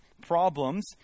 problems